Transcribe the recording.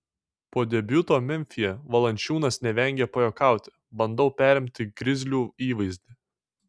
po debiuto memfyje valančiūnas nevengė pajuokauti bandau perimti grizlių įvaizdį